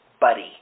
Buddy